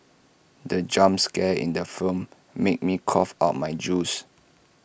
the jump scare in the film made me cough out my juice